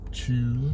two